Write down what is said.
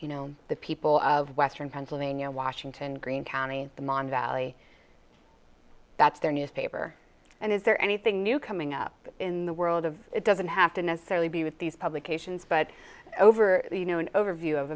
you know the people of western pennsylvania washington green county i'm on valley that's their newspaper and is there anything new coming up in the world of it doesn't have to necessarily be with these publications but over you know an overview of